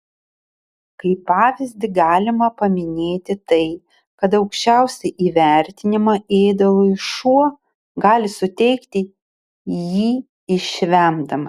kaip pavyzdį galima paminėti tai kad aukščiausią įvertinimą ėdalui šuo gali suteikti jį išvemdamas